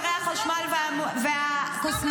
-- ומוצרי החשמל והקוסמטיקה.